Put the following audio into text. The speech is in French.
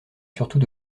surtout